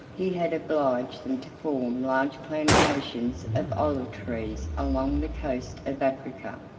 he had obliged them to form large plantations of olive-trees along the coast of africa.